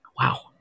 Wow